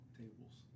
tables